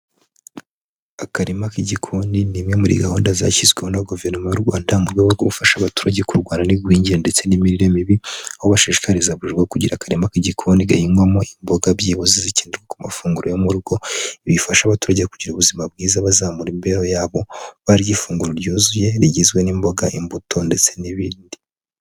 Akarima k'igikoni ni imwe muri gahunda zashyizweho na guverinoma y'u Rwanda, mu rwego rwo gufasha abaturage kurwana n'ibigwingira ndetse n'imirire mibi. Aho bashishikariza buri rugo kugira akarima k'igikoni gahingwamo imboga. Byibuze zikenerwa ku mafunguro yo mu rugo, bifasha abaturage kugira ubuzima bwiza, bazamura imbeho yabo; barya ifunguro ryuzuye rigizwe n'imboga, imbuto ndetse n'ibindi.